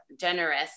generous